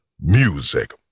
Music